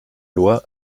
loi